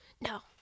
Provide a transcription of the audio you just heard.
no